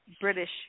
British